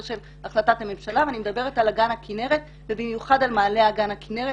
של החלטת הממשלה ואני מדברת על אגן הכינרת ובמיוחד על מעלה אגן הכינרת.